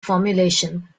formulation